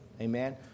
Amen